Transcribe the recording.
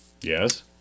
Yes